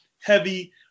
heavy